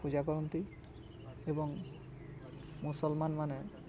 ପୂଜା କରନ୍ତି ଏବଂ ମୁସଲମାନମାନେ